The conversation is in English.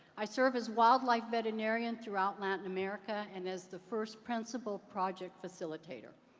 i serve as wildlife veterinarian throughout latin america and as the first principle project facilitator.